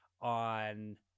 on